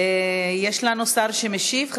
יש לנו שר שמשיב?